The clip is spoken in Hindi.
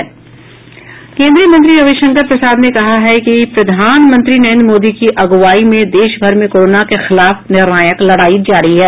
केंद्रीय मंत्री रविशंकर प्रसाद ने कहा है कि प्रधानमंत्री नरेन्द्र मोदी की अग्रवाई में देश भर में कोरोना के खिलाफ निर्णायक लडाई जारी है